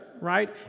right